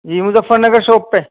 جی Muzaffar Nagar shop پہ